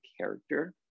character